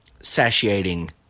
satiating